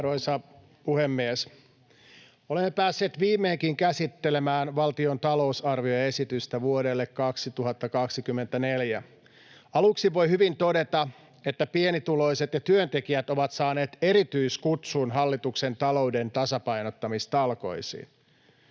Arvoisa puhemies! Olemme päässeet viimeinkin käsittelemään valtion talousarvioesitystä vuodelle 2024. Aluksi voi hyvin todeta, että pienituloiset ja työntekijät ovat saaneet erityiskutsun hallituksen talouden tasapainottamistalkoisiin.